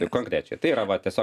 ir konkrečiai tai yra va tiesiog